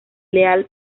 leal